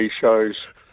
shows